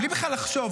בלי בכלל לחשוב,